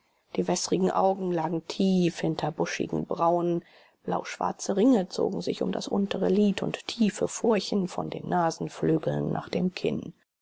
die wäßrigen augen lagen tief hinter buschigen brauen blauschwarze ringe zogen sich um das untere lid und tiefe furchen von den nasenflügeln nach dem kinn